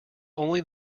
only